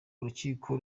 urukiko